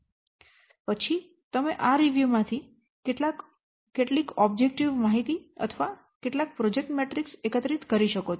પછી તમે આ રિવ્યૂ માંથી કેટલીક ઓબ્જેકટીવ માહિતી અથવા કેટલાક પ્રોજેક્ટ મેટ્રિક્સ એકત્રિત કરી શકો છો